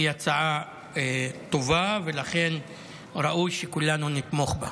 היא הצעה טובה, ולכן ראוי שכולנו נתמוך בה.